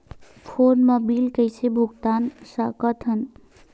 Phone मा bill कइसे भुक्तान साकत हन?